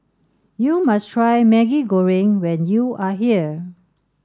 you must try Maggi Goreng when you are here